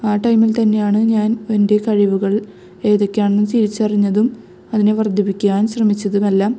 ആ ടൈമിൽ തന്നെയാണ് ഞാൻ എൻ്റെ കഴിവുകൾ ഏതൊക്കെയാണെന്ന് തിരിച്ചറിഞ്ഞതും അതിനെ വർദ്ധിപ്പിക്കാൻ ശ്രമിച്ചതുമെല്ലാം